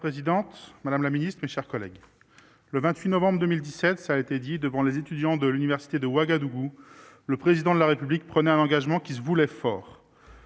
madame la secrétaire d'État, mes chers collègues, le 28 novembre 2017, devant les étudiants de l'université de Ouagadougou, le Président de la République prenait un engagement qui se voulait fort.